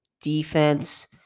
defense